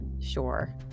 Sure